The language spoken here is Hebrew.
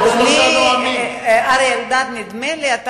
חלוקת ירושלים,